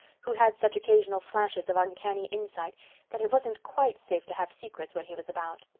who had such occasional flashes of uncanny insight that it wasn't quite safe to have secrets when he was about.